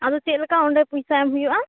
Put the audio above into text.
ᱟᱫᱚ ᱪᱮᱫ ᱞᱮᱠᱟ ᱚᱸᱰᱮ ᱯᱚᱭᱥᱟ ᱮᱢ ᱦᱩᱭᱩᱜ ᱼᱟ